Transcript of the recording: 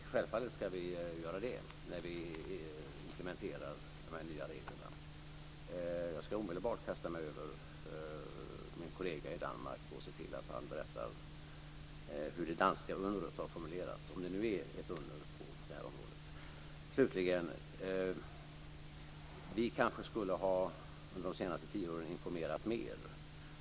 Självfallet ska vi göra det när vi implementerar de nya reglerna. Jag ska omedelbart kasta mig över min kollega i Danmark och se till att han berättar hur det danska undret har formulerats, om det nu är ett under på det här området. Slutligen kanske vi under de senaste tio åren skulle ha informerat mer.